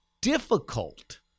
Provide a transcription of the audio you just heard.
difficult